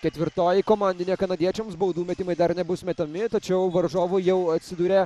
ketvirtoji komandinė kanadiečiams baudų metimai dar nebus metami tačiau varžovai jau atsiduria